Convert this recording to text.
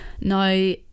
Now